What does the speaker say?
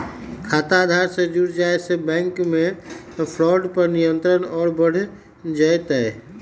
खाता आधार से जुड़ जाये से बैंक मे फ्रॉड पर नियंत्रण और बढ़ जय तय